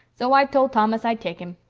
so i told thomas i'd take him.